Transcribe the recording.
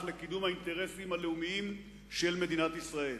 לקידום האינטרסים הלאומיים של מדינת ישראל.